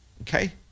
Okay